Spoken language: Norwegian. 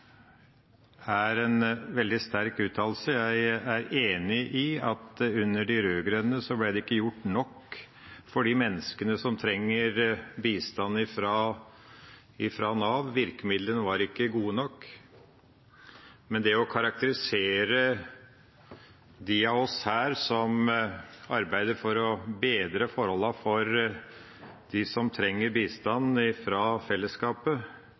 Det er en veldig sterk uttalelse. Jeg er enig i at under de rød-grønne ble det ikke gjort nok for de menneskene som trenger bistand fra Nav. Virkemidlene var ikke gode nok. Men å karakterisere de av oss her som arbeider for å bedre forholdene for dem som trenger bistand fra fellesskapet